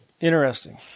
Interesting